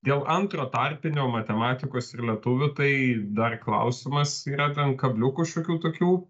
dėl antro tarpinio matematikos ir lietuvių tai dar klausimas yra ten kabliukų šokių tokių